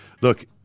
look